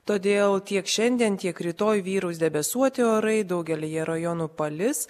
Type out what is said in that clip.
todėl tiek šiandien tiek rytoj vyraus debesuoti orai daugelyje rajonų palis